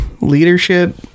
Leadership